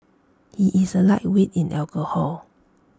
he is A lightweight in alcohol